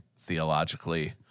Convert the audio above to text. theologically